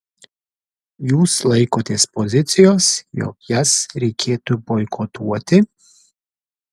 jūs laikotės pozicijos jog jas reikėtų boikotuoti